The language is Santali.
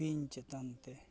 ᱵᱤᱧ ᱪᱮᱛᱟᱱ ᱛᱮ